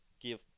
give